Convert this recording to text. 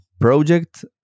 project